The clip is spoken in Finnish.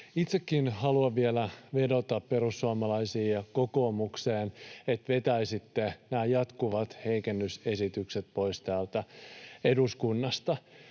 Itsekin haluan vielä vedota perussuomalaisiin ja kokoomukseen, että vetäisitte nämä jatkuvat heikennysesitykset pois täältä eduskunnasta.